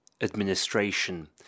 administration